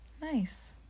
Nice